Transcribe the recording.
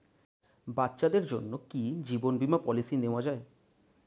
বাচ্চাদের জন্য কি জীবন বীমা পলিসি নেওয়া যায়?